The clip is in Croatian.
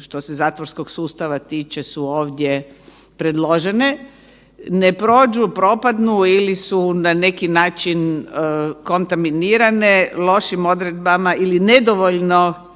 što se zatvorskog sustava tiče su ovdje predložene, ne prođu, propadnu ili su na neki način kontaminirane lošim odredbama ili nedovoljno